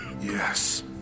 yes